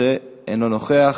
שאינו נוכח,